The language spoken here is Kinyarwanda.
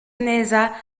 neza